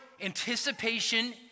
anticipation